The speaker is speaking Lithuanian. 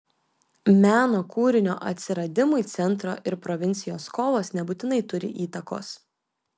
meno kūrinio atsiradimui centro ir provincijos kovos nebūtinai turi įtakos